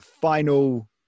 final